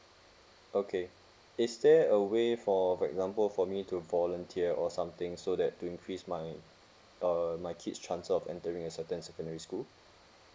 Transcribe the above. okay is there a way for for example for me to volunteer or something so that to increase my uh my kid's chance of entering a certain secondary school